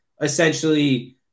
essentially